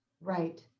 right